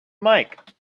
mike